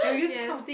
yes